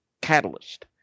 catalyst